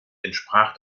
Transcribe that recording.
entsprach